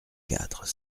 quatre